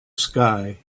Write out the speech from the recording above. sky